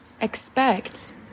expect